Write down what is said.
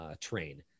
train